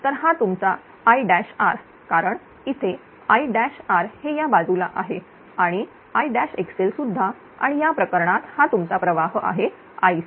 तर हा तुमचा Ir कारण इथे Ir हे या बाजूला आहे आणि Ixl सुद्धा आणि या प्रकरणात हा तुमचा प्रवाह आहे Ic